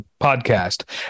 podcast